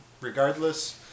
regardless